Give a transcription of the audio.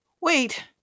Wait